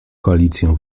koalicją